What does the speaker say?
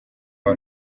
aba